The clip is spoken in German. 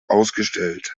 ausgestellt